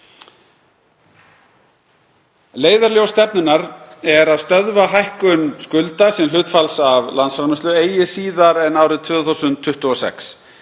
Leiðarljós stefnunnar er að stöðva hækkun skulda sem hlutfalls af landsframleiðslu eigi síðar en árið 2026.